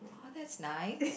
orh that's nice